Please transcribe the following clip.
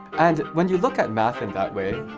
and when you look at math in that way,